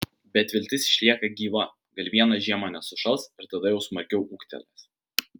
bet viltis išlieka gyva gal vieną žiemą nenušals ir tada jau smarkiau ūgtelės